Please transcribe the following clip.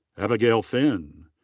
abigail finn.